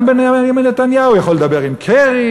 גם ביבי נתניהו יכול לדבר עם קרי,